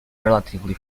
relatively